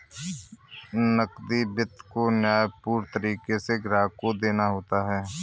नकदी वित्त को न्यायपूर्ण तरीके से ग्राहक को देना होता है